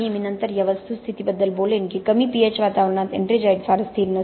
मी नंतर या वस्तुस्थितीबद्दल बोलेन की कमी पीएच वातावरणात एट्रिंजाइट फार स्थिर नसते